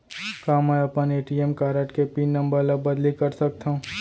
का मैं अपन ए.टी.एम कारड के पिन नम्बर ल बदली कर सकथव?